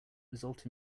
result